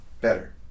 better